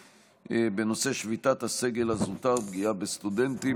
בנושא: שביתת הסגל הזוטר, פגיעה בסטודנטים.